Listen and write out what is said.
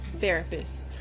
therapist